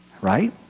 right